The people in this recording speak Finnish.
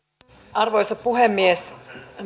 arvoisa puhemies